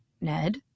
Ned